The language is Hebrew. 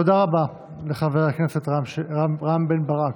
תודה רבה לחבר הכנסת רם בן ברק.